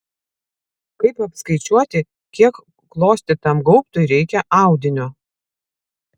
kaip apskaičiuoti kiek klostytam gaubtui reikia audinio